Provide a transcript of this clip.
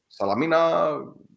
Salamina